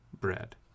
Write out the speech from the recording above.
bread